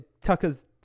tucker's